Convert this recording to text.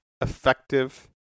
effective